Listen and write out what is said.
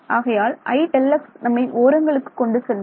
ஆகையால் iΔx நம்மை ஓரங்களுக்கு கொண்டு செல்லும்